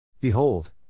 Behold